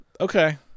Okay